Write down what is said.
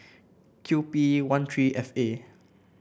Q P one three F A